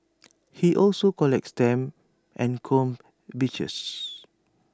he also collects stamps and combs beaches